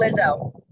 Lizzo